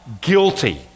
guilty